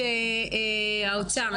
האוצר,